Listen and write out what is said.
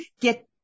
get